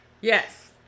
Yes